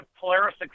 Polaris